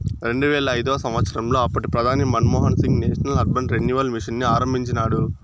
రెండువేల ఐదవ సంవచ్చరంలో అప్పటి ప్రధాని Manmohan Singh national urban renewal mission ని ఆరంభించినాడు